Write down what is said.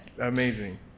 Amazing